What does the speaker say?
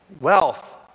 Wealth